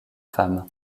femmes